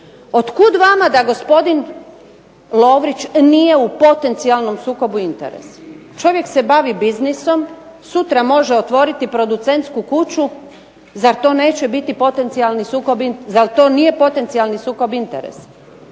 Otkud vama da gospodin Lovrić nije u potencijalnom sukobu interesa? Čovjek se bavi biznisom, sutra može otvoriti producentsku kuću, zar to nije potencijalni sukob interesa?